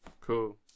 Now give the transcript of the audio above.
Cool